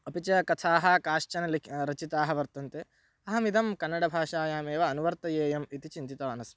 अपि च कथाः काश्चन लिक् रचिताः वर्तन्ते अहमिदं कन्नडभाषायामेव अनुवर्तयेयम् इति चिन्तितवान् अस्मि